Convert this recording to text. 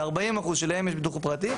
ל-40% שלהם יש ביטוח פרטי.